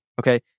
Okay